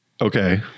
Okay